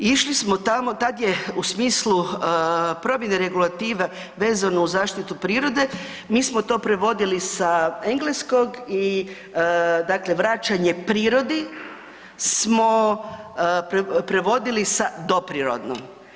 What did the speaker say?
I išli smo tamo, tad je u smislu promjena regulativa vezano uz zaštitu prirode, mi smo to prevodili sa engleskog i dakle vraćanje prirodi smo prevodili sa doprirodno.